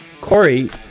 Corey